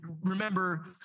remember